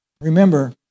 Remember